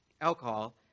alcohol